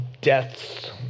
death's